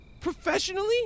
Professionally